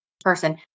person